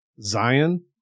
Zion